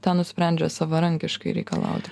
tą nusprendžia savarankiškai reikalauti